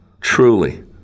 truly